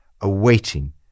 awaiting